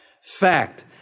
Fact